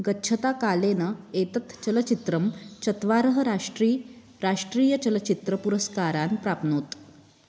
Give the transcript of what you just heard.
गच्छता कालेन एतत् चलचित्रं चत्वारः राष्ट्रीय राष्ट्रीयचलचित्रपुरस्कारान् प्राप्नोत्